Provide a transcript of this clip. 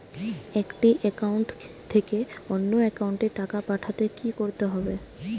একটি একাউন্ট থেকে অন্য একাউন্টে টাকা পাঠাতে কি করতে হবে?